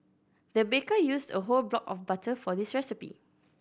the baker used a whole block of butter for this recipe